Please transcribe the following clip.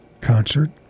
concert